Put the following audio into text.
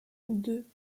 deux